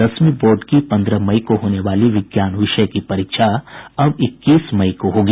दसवीं बोर्ड की पन्द्रह मई को होने वाली विज्ञान विषय की परीक्षा अब इक्कीस मई को होगी